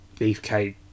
beefcake